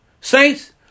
Saints